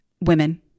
women